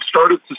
started